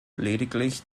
lediglich